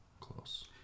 close